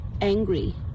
angry